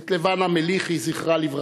את לבנה מליחי, זכרה לברכה,